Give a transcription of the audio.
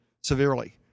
severely